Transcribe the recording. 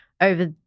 over